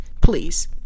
Please